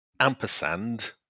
Ampersand